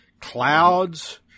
Clouds